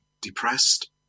Depressed